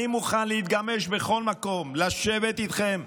אני מוכן להתגמש בכל מקום, לשבת איתכם.